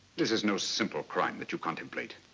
this is no simple crime that you contemplate.